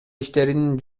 иштерин